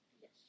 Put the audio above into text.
Yes